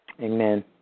Amen